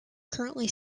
currently